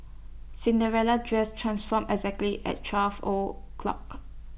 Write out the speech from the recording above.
Cinderella's dress transformed exactly at twelve o' clock